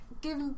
give